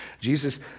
Jesus